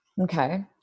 Okay